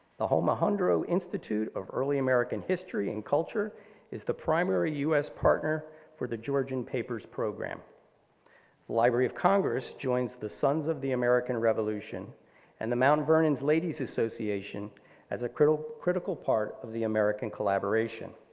the omohundro institute of early american history and culture is the primary us partner for the georgian papers programme. the library of congress joins the sons of the american revolution and the mount vernon ladies' association as a critical critical part of the american collaboration.